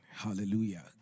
Hallelujah